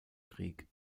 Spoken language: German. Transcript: krieg